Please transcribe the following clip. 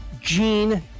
gene